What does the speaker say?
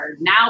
now